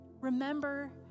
remember